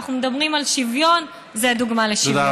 כשאנחנו מדברים על שוויון, זו דוגמה לשוויון.